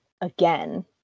again